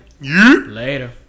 Later